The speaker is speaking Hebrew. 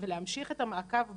ולהמשיך את המעקב בארץ,